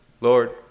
Lord